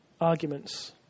arguments